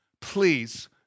please